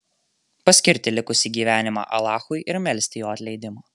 paskirti likusį gyvenimą alachui ir melsti jo atleidimo